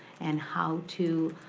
and how to